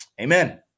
Amen